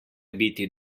biti